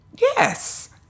Yes